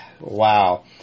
wow